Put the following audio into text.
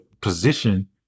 position